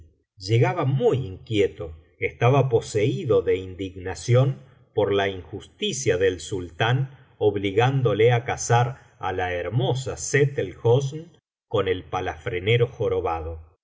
llegaba muy inquieto estaba poseído de indignación por la injusticia del sultán obligándole á casar á la hermosa sett elhosn con el palafranero jorobado